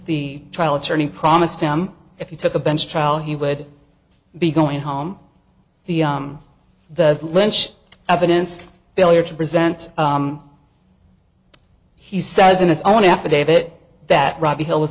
the trial attorney promised him if you took a bench trial he would be going home the the lynch evidence failure to present he says in his own affidavit that robbie hill was